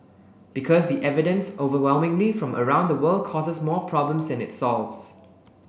because the evidence overwhelmingly from around the world causes more problems than it solves